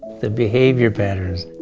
the behavior patterns,